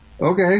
Okay